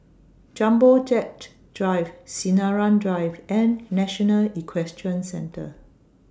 Jumbo Jet Drive Sinaran Drive and National Equestrian Centre